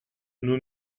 nous